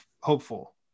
hopeful